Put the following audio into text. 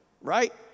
right